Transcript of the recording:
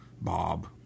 Bob